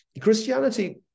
Christianity